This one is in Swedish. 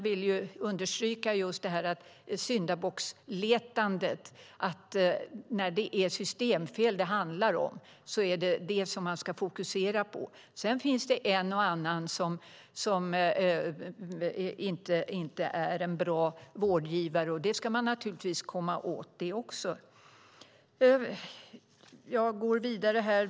När det gäller syndabocksletandet vill jag understryka att när det handlar om systemfel är det det man ska fokusera på. Sedan finns det en och annan som inte är en bra vårdgivare, och det ska man naturligtvis också komma åt.